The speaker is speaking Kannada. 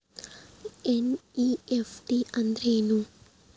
ಎನ್.ಇ.ಎಫ್.ಟಿ ಅಂದ್ರೆನು?